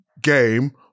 game